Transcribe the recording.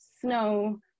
snow